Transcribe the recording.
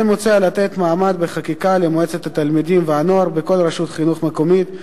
כן מוצע לתת מעמד בחקיקה למועצת התלמידים והנוער בכל רשות חינוך מקומית,